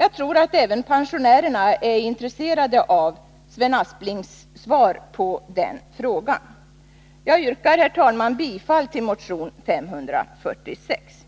Jag tror att även pensionärerna är intresserade av Sven Asplings svar på den frågan. Herr talman! Jag yrkar bifall till motion 546.